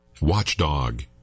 Watchdog